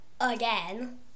again